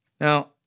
Now